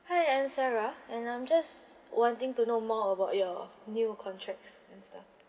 hi I'm sarah and I'm just wanting to know more about your new contracts and stuff